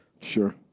Sure